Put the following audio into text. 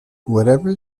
whatever